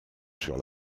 sur